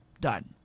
Done